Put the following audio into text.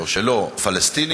או שלא, פלסטינים,